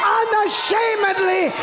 unashamedly